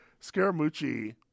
Scaramucci